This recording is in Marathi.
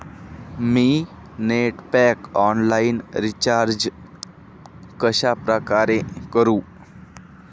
मी नेट पॅक ऑनलाईन रिचार्ज कशाप्रकारे करु?